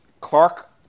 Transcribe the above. Clark